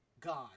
god